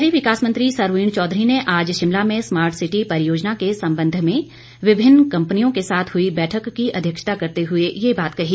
शहरी विकास मंत्री सरवीण चौधरी ने आज शिमला में स्मार्ट सिटी परियोजना के संबंध में विभिन्न कंपनीयों के साथ हुई बैठक की अध्यक्षता करते हुए ये बात कही